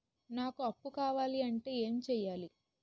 నాకు అప్పు కావాలి అంటే ఎం చేయాలి?